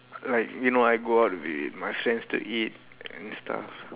like you know I go out with my friends to eat and stuff